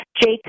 jake